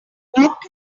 walk